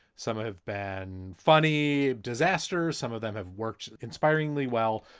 some have banned funny disaster. some of them have worked. inspiringly well.